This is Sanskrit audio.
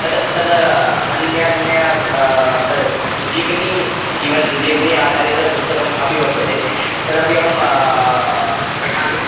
तद् तद् अन्यत् अन्यत् तद् जीवनं जीवन्ं जीवन आधारितपुस्तकम् अपि वर्तते तदपि अहं पठामि